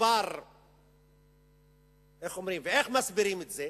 איך מסבירים את זה?